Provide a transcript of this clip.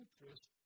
interest